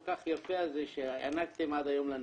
כול כך יפה הזה שהענקתם עד היום לנשים?